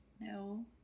no